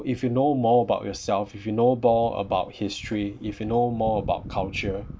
if you know more about yourself if you know more about history if you know more about culture